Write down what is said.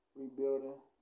rebuilding